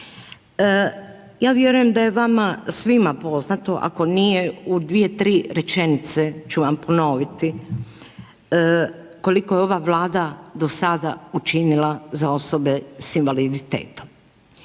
Ja vjerujem da je vama svima poznato, ako nije, u dvije, tri rečenice ću vam ponoviti koliko je ova Vlada do sada učinila za osobe sa invaliditetom.